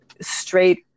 straight